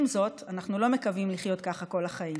עם זאת, אנחנו לא מקווים לחיות ככה כל החיים.